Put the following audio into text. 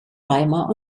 weimar